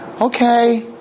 Okay